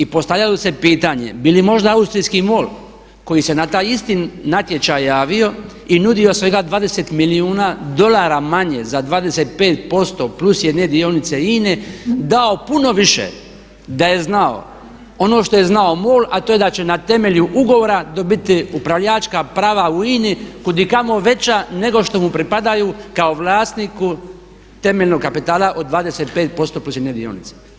I postavlja se pitanje bi li mošta austrijski MOL koji se na taj isti natječaj javio i nudio svega 20 milijuna dolara manje za 25%+1 dionice INA-e dao puno više da je znao ono što je znao MOL a to je da će na temelju ugovora dobiti upravljačka prava u INI kudikamo veća neko što mu pripadaju kao vlasniku temeljnog kapitala od 25% procijenjenih dionice.